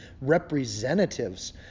representatives